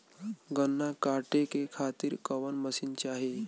गन्ना कांटेके खातीर कवन मशीन चाही?